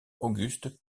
august